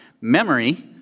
memory